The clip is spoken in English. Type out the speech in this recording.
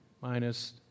minus